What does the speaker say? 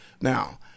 Now